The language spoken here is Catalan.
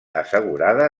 assegurada